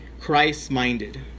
Christ-minded